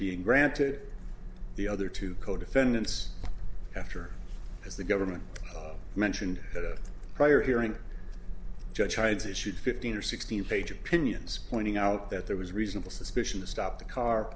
being granted the other two co defendants after as the government mentioned that a prior hearing judge chides issued fifteen or sixteen page opinions pointing out that there was reasonable suspicion to stop the car